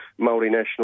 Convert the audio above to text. multinational